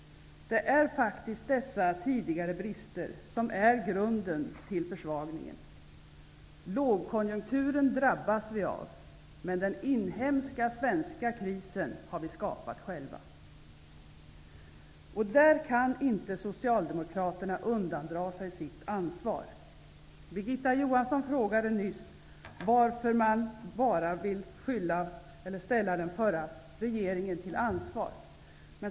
Det är faktiskt dessa tidigare brister som är grunden till försvagningen. Lågkonjunkturen drabbas vi av, men den inhemska svenska krisen har vi skapat själva. Där kan Socialdemokraterna inte undandra sig sitt ansvar. Birgitta Johansson frågade nyss varför man bara vill ställa den förra regeringen till ansvar.